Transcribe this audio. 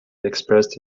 expressed